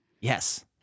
Yes